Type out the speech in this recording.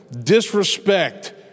disrespect